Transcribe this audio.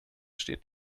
steht